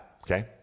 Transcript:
okay